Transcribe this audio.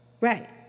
right